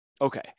Okay